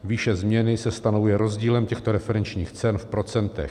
Výše změny se stanovuje rozdílem těchto referenčních cen v procentech.